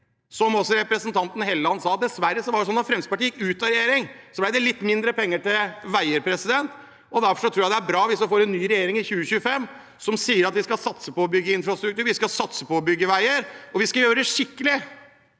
som også representanten Helleland sa. Dessverre var det slik at da Fremskrittspartiet gikk ut av regjering, ble det litt mindre penger til veier, og derfor tror jeg det er bra hvis vi får en ny regjering i 2025 som sier at vi skal satse på å bygge infrastruktur, vi skal satse på å bygge veier, og vi skal gjøre det skikkelig.